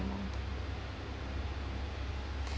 anymore